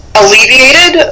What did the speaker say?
alleviated